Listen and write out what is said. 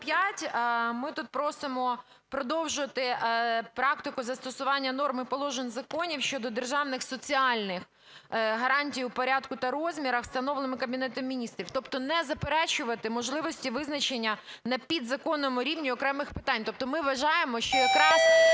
Ми тут просимо продовжити практику застосування норм і положень законів щодо державних соціальних гарантій у порядку та розмірах, встановлених Кабінетом Міністрів. Тобто не заперечувати можливості визначення на підзаконному рівні окремих питань. Тобто ми вважаємо, що якраз